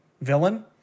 villain